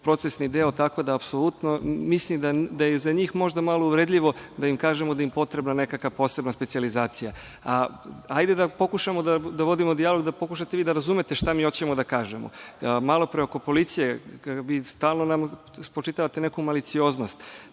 procesni deo tako da apsolutno mislim da je za njih možda malo uvredljivo da im kažemo da im je potrebna nekakva posebna specijalizacija. Ajde da pokušamo da vodimo dijalog, da pokušate vi da razumete šta mi hoćemo da kažemo. Malo pre, oko policije, vi nam stalno spočitavate neku malicioznost.